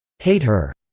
hate her,